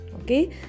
okay